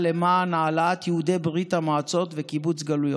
למען העלאת יהודי ברית המועצות וקיבוץ גלויות.